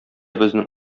безнең